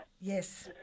Yes